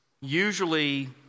usually